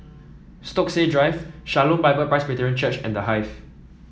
Stokesay Drive Shalom Bible Presbyterian Church and The Hive